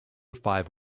five